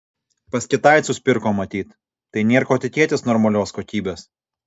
pas kitaicus pirko matyt tai nėr ko tikėtis normalios kokybės